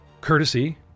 courtesy